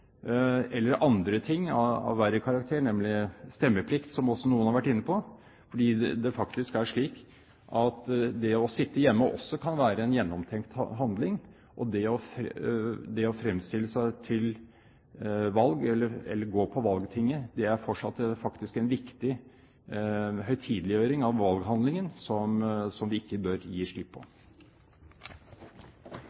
eller andre ting av verre karakter, nemlig stemmeplikt, som også noen har vært inne på. Det er faktisk slik at det å sitte hjemme også kan være en gjennomtenkt handling. Det å fremstille seg til valg eller å på valgtinget er fortsatt en viktig høytideliggjøring av valghandlingen som vi ikke bør gi slipp på.